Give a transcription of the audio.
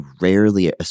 rarely